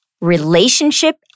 relationship